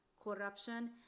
corruption